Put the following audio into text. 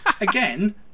again